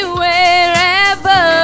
wherever